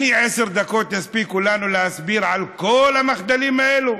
עשר דקות יספיקו לנו להסביר על כל המחדלים האלה?